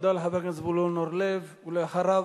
תודה רבה.